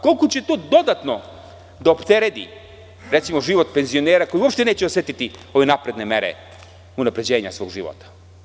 Koliko će to dodatno da optereti život penzionera, koji uopšte neće osetiti ove napredne mere unapređenja svog života?